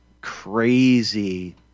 crazy